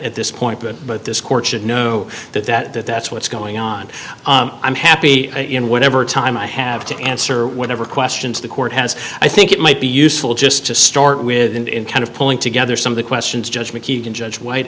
at this point but this court should know that that that that's what's going on i'm happy in whatever time i have to answer whatever questions the court has i think it might be useful just to start with and kind of pulling together some of the questions judge mckeon judge white